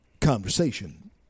conversation